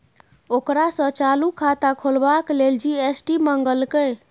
ओकरा सँ चालू खाता खोलबाक लेल जी.एस.टी मंगलकै